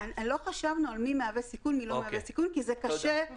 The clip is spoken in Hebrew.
היום 13 באוקטובר 2020, כ"ה בתשרי התשפ"א.